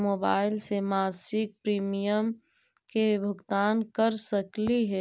Mobile से मासिक premium के भुगतान कर सकली हे?